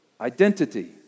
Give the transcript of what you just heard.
identity